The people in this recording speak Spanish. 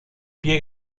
pie